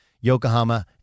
Yokohama